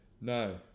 no